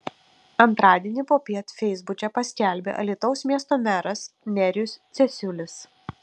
antradienį popiet feisbuke paskelbė alytaus miesto meras nerijus cesiulis